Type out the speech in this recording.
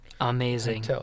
Amazing